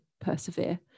persevere